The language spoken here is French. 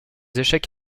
échecs